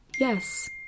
yes